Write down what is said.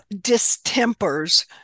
distempers